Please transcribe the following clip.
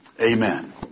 Amen